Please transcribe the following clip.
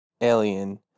alien